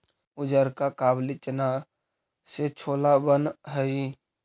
उजरका काबली चना से छोला बन हई